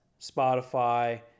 Spotify